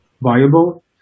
viable